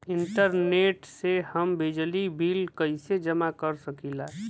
Internet से हम बिजली बिल कइसे जमा कर सकी ला?